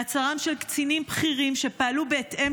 מעצרם של קצינים בכירים שפעלו בהתאם